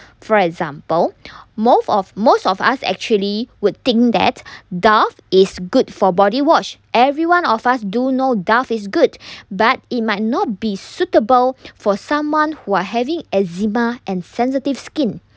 for example most of most of us actually would think that dove is good for body wash everyone of us do know dove is good but it might not be suitable for someone who are having eczema and sensitive skin